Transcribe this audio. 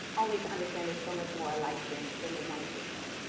only to understand they're so much more alike than than they wanted to admit.